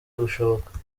gushoboka